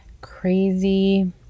crazy